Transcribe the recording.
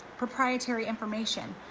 proprietary information,